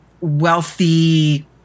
wealthy